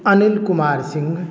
Anil Kumar Singh